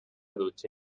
dutxa